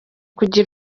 kujya